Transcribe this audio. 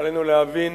עלינו להבין